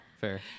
fair